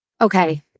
Okay